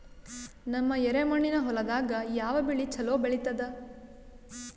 ನಮ್ಮ ಎರೆಮಣ್ಣಿನ ಹೊಲದಾಗ ಯಾವ ಬೆಳಿ ಚಲೋ ಬೆಳಿತದ?